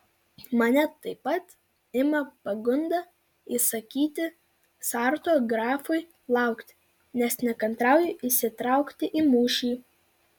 mane taip pat ima pagunda įsakyti sarto grafui laukti nes nekantrauju įsitraukti į mūšį